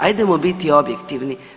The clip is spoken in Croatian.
Ajdemo biti objektivni.